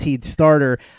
Starter